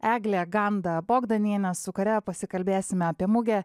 eglė ganda bogdanienė su kuria pasikalbėsime apie mugę